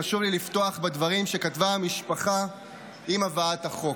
חשוב לי לפתוח בדברים שכתבה המשפחה עם הבאת החוק,